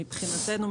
מבחינתנו,